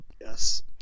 Yes